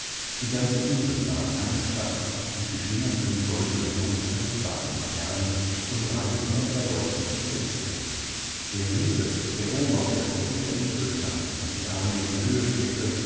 die ganze insel war eine stadt und die schimmernden goldenen punkte waren laternen und reihen von erleuchteten fenstern der riese der oben auf der spitze der insel stand und die arme in die höhe streckte